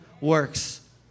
works